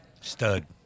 Stud